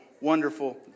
wonderful